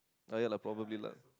ah ya lah probably lah